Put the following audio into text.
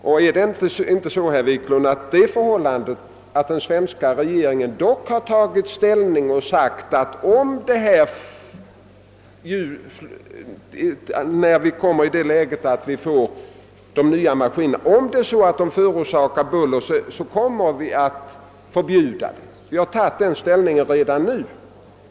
Den svenska regeringen har redan beträffande överljudsplanen gjort den deklarationen att om dessa kommer att förorsaka störande buller kommer regeringen att förbjuda dem.